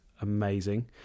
amazing